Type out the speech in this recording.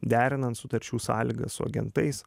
derinant sutarčių sąlygas su agentais